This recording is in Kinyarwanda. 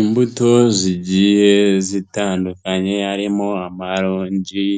Imbuto zigiye zitandukanye harimo amaronji,